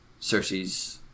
Cersei's